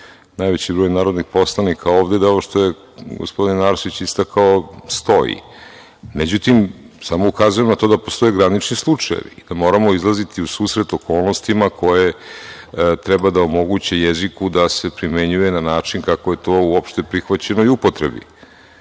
najveći broj narodnih poslanika, da ovo što je gospodin Arsić istakao stoji. Međutim, samo ukazujem na to da postoje granični slučajevi i da moramo izlaziti u susret okolnostima koje treba da omoguće jeziku da se primenjuje na način kako je to u opšte prihvaćenoj upotrebi. Obično